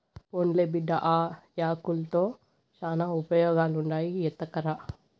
పోన్లే బిడ్డా, ఆ యాకుల్తో శానా ఉపయోగాలుండాయి ఎత్తకరా